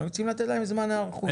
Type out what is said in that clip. רוצים לתת להם זמן היערכות.